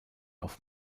auf